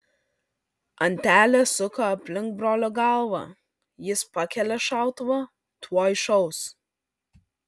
antelė suka aplink brolio galvą jis pakelia šautuvą tuoj šaus